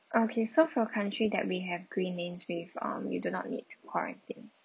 okay so for country that we have green names with um you do not need to quarantine